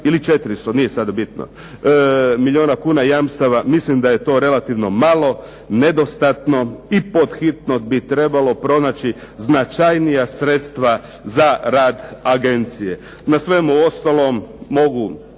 ili 400 nije sada bitno, milijuna jamstava mislim da je to relativno malo, nedostatno i pod hitno bi trebalo pronaći značajnija sredstva za rad Agencije. Na svemu ostalom mogu